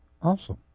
Awesome